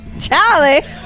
Charlie